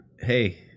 hey